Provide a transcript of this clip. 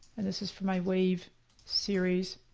and this is for my wave series.